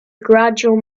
gradual